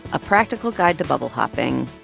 a practical guide to bubble popping.